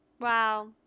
Wow